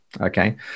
Okay